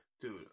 Dude